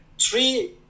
three